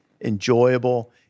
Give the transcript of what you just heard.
enjoyable